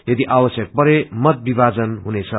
यदि आवश्यक परे मत विमाजन हुनेछ